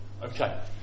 Okay